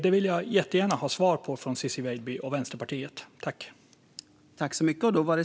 Jag vill jättegärna ha svar på detta från Ciczie Weidby och Vänsterpartiet.